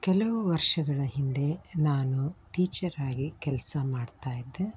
ಕೆಲವು ವರ್ಷಗಳ ಹಿಂದೆ ನಾನು ಟೀಚರ್ ಆಗಿ ಕೆಲಸ ಮಾಡ್ತಾ ಇದ್ದೆ